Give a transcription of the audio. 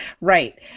Right